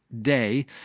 day